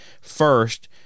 first